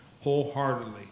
wholeheartedly